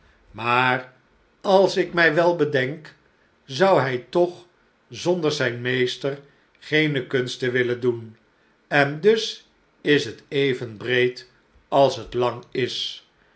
maar als ik mij wel bedenk zou hij toch zonder zijn meester geene kunsten willen doen en dus is het even breed als het lang is